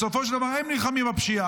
בסופו של דבר הם נלחמים בפשיעה,